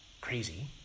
crazy